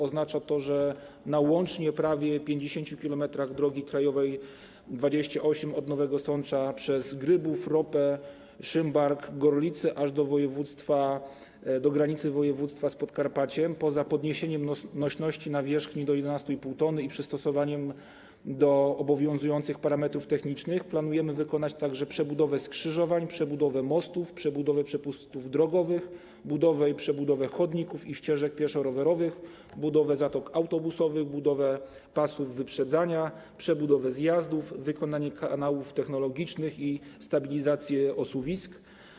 Oznacza to, że na łącznie prawie 50 km drogi krajowej nr 28 od Nowego Sącza przez Grybów, Ropę, Szymbark, Gorlice aż do granicy województwa z Podkarpaciem poza podniesieniem nośności nawierzchni do 11,5 t i przystosowaniem do obowiązujących parametrów technicznych planujemy wykonać także przebudowę skrzyżowań, przebudowę mostów, przebudowę przepustów drogowych, budowę i przebudowę chodników i ścieżek pieszo-rowerowych, budowę zatok autobusowych, budowę pasów wyprzedzania, przebudowę zjazdów, wykonanie kanałów technologicznych i stabilizację osuwisk.